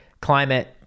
climate